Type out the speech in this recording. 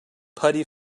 putty